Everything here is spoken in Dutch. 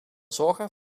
zorgen